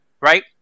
right